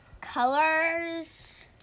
colors